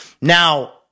Now